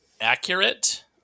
accurate